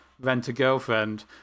Rent-A-Girlfriend